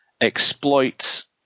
exploits